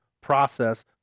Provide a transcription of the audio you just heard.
process